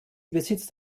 besitzt